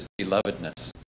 belovedness